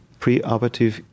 preoperative